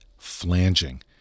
flanging